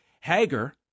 Hager